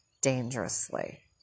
dangerously